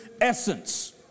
essence